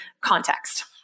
context